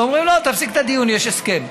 ואומרים: לא, תפסיק את הדיון, יש הסכם.